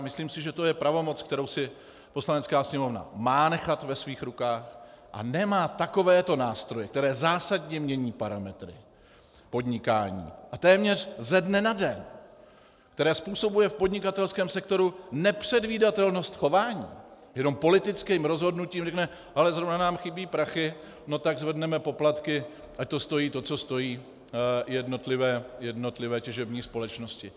Myslím, že to je pravomoc, kterou si Poslanecká sněmovna má nechat ve svých rukách, a nemá takovéto nástroje, které zásadně mění parametr podnikání, a téměř ze dne na den, které způsobují v podnikatelském sektoru nepředvídatelnost chování, jenom politickým rozhodnutím řekne: Hele, zrovna nám chybí prachy, tak zvedneme poplatky, ať to stojí, co to stojí jednotlivé těžební společnosti.